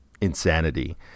insanity